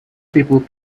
people